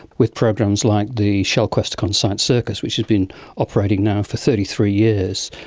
with programs like the shell questacon science circus, which has been operating now for thirty three years.